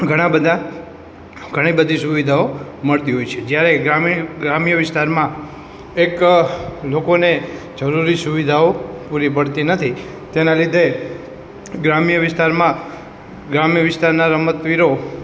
ઘણાં બધા ઘણી બધી સુવિધાઓ મળતી હોય છે જયારે ગ્રામીણ ગ્રામ્ય વિસ્તારોમાં એક લોકોને જરૂરી સુવિધાઓ પૂરી પડતી નથી તેના લીધે ગ્રામ્ય વિસ્તારમાં ગ્રામ્ય વિસ્તારનાં રમતવીરો